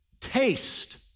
Taste